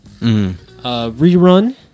Rerun